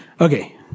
Okay